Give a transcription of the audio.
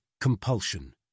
Compulsion